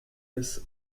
des